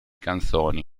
canzoni